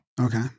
Okay